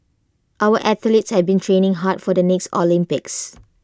our athletes have been training hard for the next Olympics